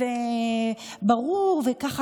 וכמה